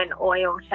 oil